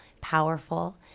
powerful